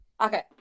Okay